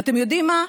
ואתם יודעים מה?